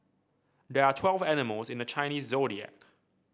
there are twelve animals in the Chinese Zodiac